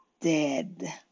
dead